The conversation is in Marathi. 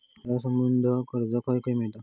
दादा, संबंद्ध कर्ज खंय खंय मिळता